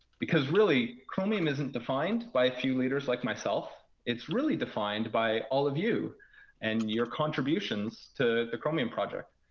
because really chromium isn't defined by a few leaders like myself. it's really defined by all of you and your contributions to the chromium project.